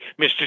Mr